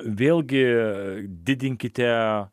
vėlgi didinkite